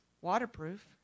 waterproof